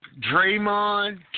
Draymond